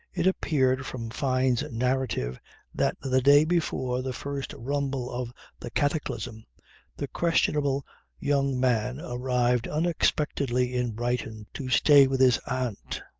it appeared from fyne's narrative that the day before the first rumble of the cataclysm the questionable young man arrived unexpectedly in brighton to stay with his aunt.